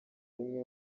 bimwe